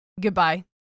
goodbye